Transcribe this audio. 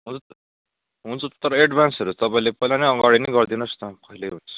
हुन्छ त हुन्छ तर एडभान्सहरू तपाईँले पहिला नै अगाडि नै गरिदिनु होस् न कहिले हुन्छ